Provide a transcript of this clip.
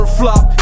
flop